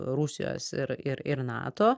rusijos ir ir ir nato